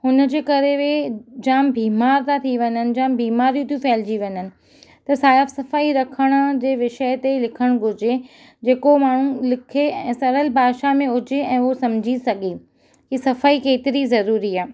हुनजे करे उहे जामु बीमार था थी वञनि जामु बीमारियूं थियूं फहिलजी वञनि त साफ़ु सफ़ाई रखण जे विषय ते लिखणु घुरिजे जेको माण्हू लिखे ऐं सरल भाषा में हुजे ऐं उहो समुझी सघे की सफ़ाई केतिरी ज़रूरी आहे